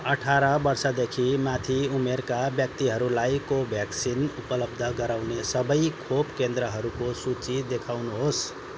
अठार वर्षदेखि माथि उमेरका व्यक्तिहरूलाई कोभ्याक्सिन उपलब्ध गराउने सबै खोप केन्द्रहरूको सूची देखाउनुहोस्